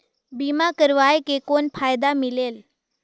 बीमा करवाय के कौन फाइदा मिलेल?